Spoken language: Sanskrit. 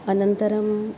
अनन्तरं